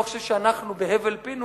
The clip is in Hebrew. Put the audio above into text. לא חושב שאנחנו בהבל פינו